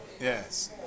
yes